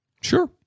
Sure